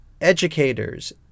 educators